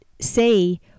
say